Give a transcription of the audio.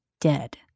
dead